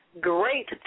great